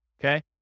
Okay